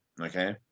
okay